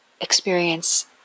experience